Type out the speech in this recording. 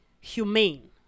humane